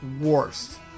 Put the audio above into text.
worst